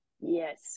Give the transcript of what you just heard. yes